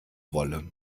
wolle